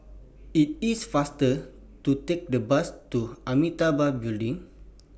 IT IS faster to Take The Bus to Amitabha Building